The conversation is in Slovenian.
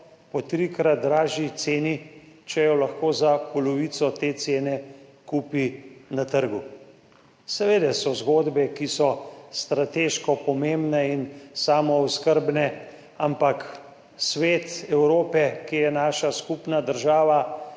po trikrat dražji ceni, če jo lahko za polovico te cene kupi na trgu? Seveda so zgodbe, ki so strateško pomembne in samooskrbne, ampak Svet Evrope, ki je naša skupna država,